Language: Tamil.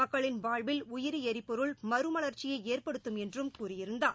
மக்களின் வாழ்வில் உயிரி எரிபொருள் மறுமவர்ச்சியை ஏற்படுத்தும் என்றும் கூறியிருந்தார்